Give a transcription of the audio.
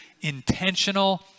intentional